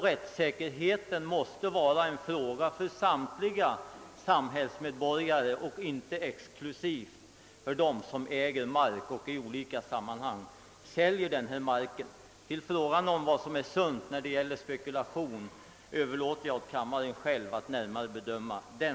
Rättssäkerheten måste vara en fråga för samtliga samhällsmedborgare och inte exklusivt för dem som äger mark och säljer den. Beträffande frågan om vad som är sunt när det gäller markspekulation, så överlåter jag åt kammaren att själv bedöma det.